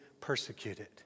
persecuted